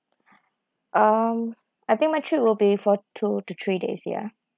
um I think my trip will be for two to three days ya